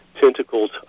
Tentacles